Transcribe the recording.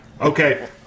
Okay